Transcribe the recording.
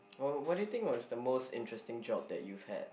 uh what do you think was the most interesting job that you've had